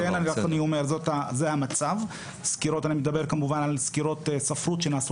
אני מדבר כמובן על סקירות ספרות שנעשו